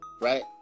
Right